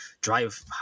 drive